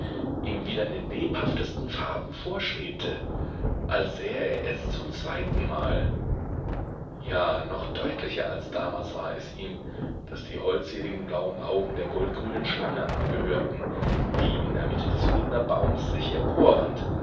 ihm wieder in den lebhaftesten farben vorschwebte als sähe er es zum zweitenmal ja noch deutlicher als damals war es ihm daß die holdseligen blauen augen der goldgrünen schlange angehörten die in der mitte des holunderbaums sich